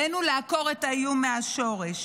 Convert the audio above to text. עלינו לעקור את האיום מהשורש.